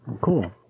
Cool